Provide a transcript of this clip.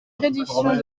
prédictions